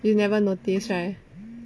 you never notice right